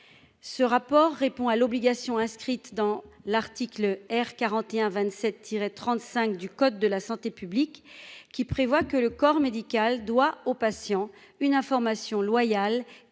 ce rapport répond à l'obligation inscrite dans l'article R 41 27 tiré 35 du code de la santé publique qui prévoit que le corps médical doit au patient une information loyale